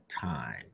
time